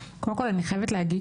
קודם כל אני חייבת להגיד